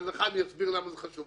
ולך אני אסביר למה זה חשוב,